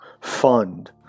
fund